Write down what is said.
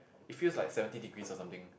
it feels like seventy degrees or something